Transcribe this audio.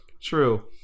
true